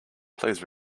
please